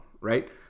right